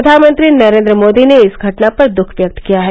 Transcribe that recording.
प्रधानमंत्री नरेंद्र मोदी ने इस घटना पर दुख व्यक्त किया है